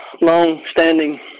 long-standing